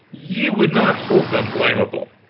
ye would not hold them blamable.